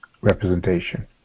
representation